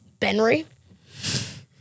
Benry